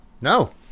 No